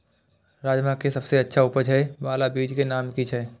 राजमा के सबसे अच्छा उपज हे वाला बीज के नाम की छे?